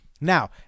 Now